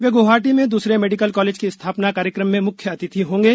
वे गुवाहाटी में दूसरे medical college की स्थापना कार्यक्रम में मुख्य अतिथि होगें